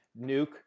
Nuke